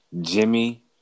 Jimmy